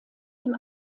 dem